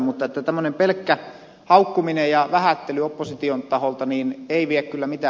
mutta tämmöinen pelkkä haukkuminen ja vähättely opposition taholta ei vie kyllä mitä